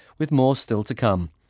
with more still to come.